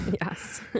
Yes